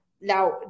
Now